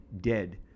dead